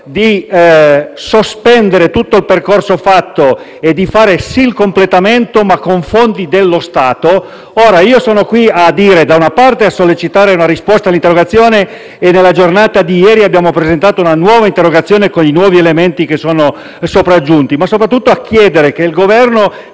di sospendere tutto il percorso fatto e di fare sì il completamento, ma con fondi dello Stato. Sono quindi qui a sollecitare la risposta all'interrogazione (e nella giornata di ieri ne abbiamo presentata una ulteriore, alla luce dei nuovi elementi sopraggiunti), ma soprattutto a chiedere che il Governo